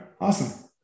Awesome